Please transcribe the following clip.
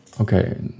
Okay